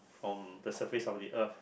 from the surface of the earth